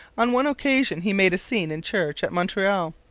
on one occasion he made a scene in church at montreal.